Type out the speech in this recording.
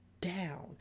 Down